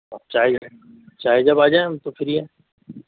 چاہے چاہے جب آجائیں ہم تو فِری ہیں